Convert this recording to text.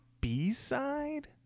B-side